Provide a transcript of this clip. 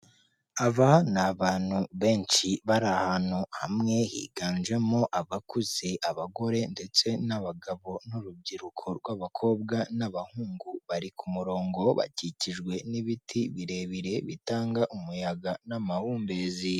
Aba ni abantu benshi bari ahantu hamwe higanjemo abakuze, abagore ndetse n'abagabo n'urubyiruko rw'abakobwa n'abahungu, bari ku murongo bakikijwe n'ibiti birebire bitanga umuyaga n'amahumbezi.